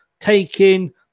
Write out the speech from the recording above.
taking